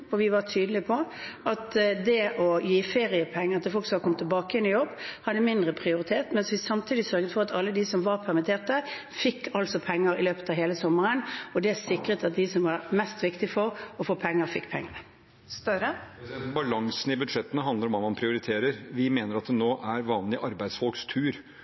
og vi var tydelige på at det å gi feriepenger til folk som var kommet tilbake igjen i jobb, hadde mindre prioritet, mens vi samtidig sørget for at alle de som var permitterte, fikk penger i løpet av hele sommeren, og det sikret at de det var mest viktig for å få penger, fikk penger. Det blir oppfølgingsspørsmål – først Jonas Gahr Støre. Balansen i budsjettene handler om hva man prioriterer. Vi mener at det nå er vanlige arbeidsfolks tur